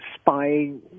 spying